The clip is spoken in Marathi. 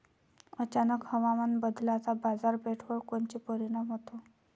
अचानक हवामान बदलाचा बाजारपेठेवर कोनचा परिणाम होतो?